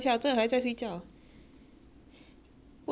不懂 lah 整天玩 game 跟朋友讲电话